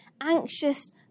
anxious